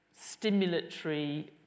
stimulatory